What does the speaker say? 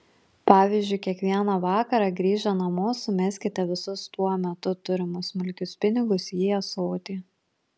pavyzdžiui kiekvieną vakarą grįžę namo sumeskite visus tuo metu turimus smulkius pinigus į ąsotį